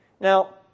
Now